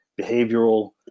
behavioral